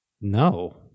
No